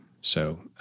So-